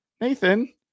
Nathan